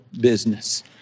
business